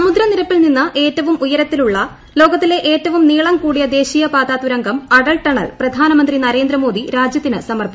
സമുദ്രനിരപ്പിൽ നിന്ന് ഏറ്റവും ഉയരത്തിലുള്ള ലോകത്തിലെ ഏറ്റവും നീളം കൂടിയ ദേശീയപാതാതുരങ്കം അടൽ ടൂണൽ പ്രധാനമന്ത്രി നരേന്ദ്രമോദി രാജ്യത്തിനു സമർപ്പിച്ചു